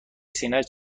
سینهاش